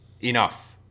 Enough